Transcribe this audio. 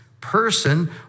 person